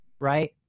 right